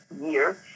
year